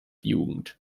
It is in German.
jugend